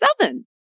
seven